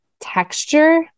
texture